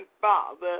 Father